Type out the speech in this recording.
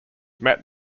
met